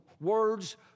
words